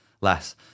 less